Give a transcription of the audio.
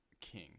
king